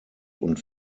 und